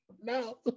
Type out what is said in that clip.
No